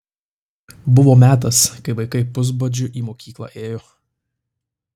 buvo metas kai vaikai pusbadžiu į mokyklą ėjo